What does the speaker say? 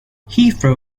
heathrow